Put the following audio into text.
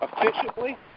efficiently